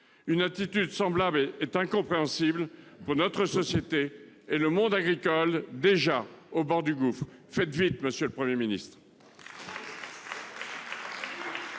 Une attitude semblable est incompréhensible pour notre société et pour le monde agricole, déjà au bord du gouffre. Faites vite, monsieur le Premier ministre